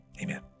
Amen